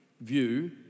view